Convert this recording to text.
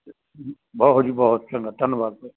ਬਹੁਤ ਜੀ ਬਹੁਤ ਚੰਗਾ ਧੰਨਵਾਦ ਸਰ